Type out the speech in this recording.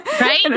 Right